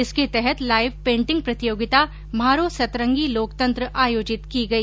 इसके तहत live painting प्रतियोगिता म्हारो संतरगी लोकतंत्र आयोजित की गई